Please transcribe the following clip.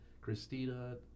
Christina